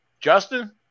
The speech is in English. justin